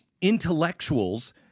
intellectuals